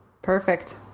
Perfect